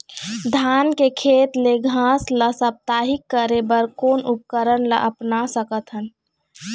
धान के खेत ले घास ला साप्ताहिक करे बर कोन उपकरण ला अपना सकथन?